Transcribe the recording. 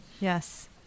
Yes